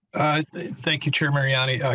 i think thank you chair mary ah and yeah